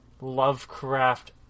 Lovecraft